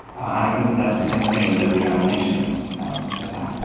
and i think that that's the same opinion that the united nations has has had.